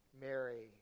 Mary